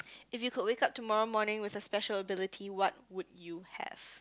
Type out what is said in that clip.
if you could wake up tomorrow morning with a special ability what would you have